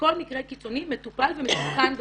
שכל מקרה קיצוני מטופל ומתוקן בסוף.